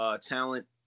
talent